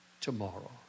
tomorrow